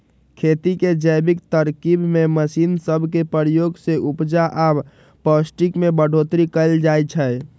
खेती के जैविक तरकिब में मशीन सब के प्रयोग से उपजा आऽ पौष्टिक में बढ़ोतरी कएल जाइ छइ